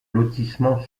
lotissements